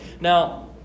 now